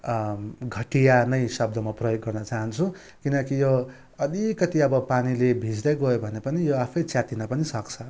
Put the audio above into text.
घटिया नै शब्द म प्रयोग गर्न चाहन्छु किनकि अब यो अलिकति अब पानीले भिज्दै गयो भने पनि यो आफै च्यातिन पनि सक्छ